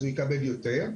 אז הוא יקבל יותר,